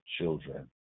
children